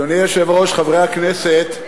אדוני היושב-ראש, חברי הכנסת,